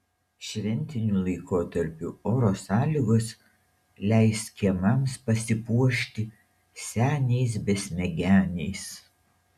šventiniu laikotarpiu oro sąlygos leis kiemams pasipuošti seniais besmegeniais